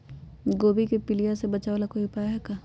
गोभी के पीलिया से बचाव ला कोई उपाय है का?